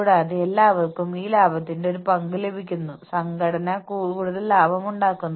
ചോദ്യം ഇതായിരുന്നു ലൈൻ വർക്കറും സ്റ്റാഫ് വർക്കറും തമ്മിലുള്ള വ്യത്യാസം എന്താണ്